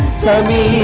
so he